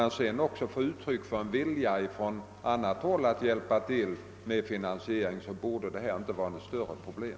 Kunde vi också se någon vilja på annat håll att hjälpa till med finansieringen, borde detta inte vara något större prohlem.